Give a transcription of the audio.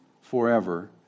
forever